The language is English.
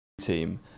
team